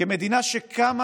כמדינה שקמה